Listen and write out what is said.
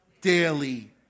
daily